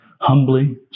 humbly